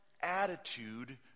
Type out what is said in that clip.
attitude